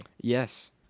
Yes